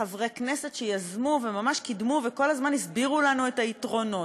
חברי כנסת שיזמו וממש קידמו וכל הזמן הסבירו לנו את היתרונות.